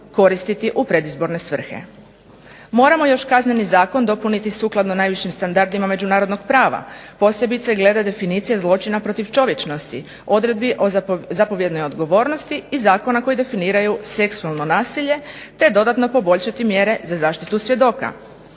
koristiti u predizborne svrhe. Moramo još Kazneni zakon dopuniti sukladno najvišim standardima međunarodnog prava, posebice glede definicije zločina protiv čovječnosti, odredbi o zapovjednoj odgovornosti i zakona koji definiraju seksualno nasilje, te dodatno poboljšati mjere za zaštitu svjedoka.